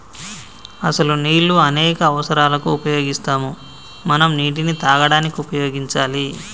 అసలు నీళ్ళు అనేక అవసరాలకు ఉపయోగిస్తాము మనం నీటిని తాగడానికి ఉపయోగించాలి